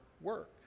work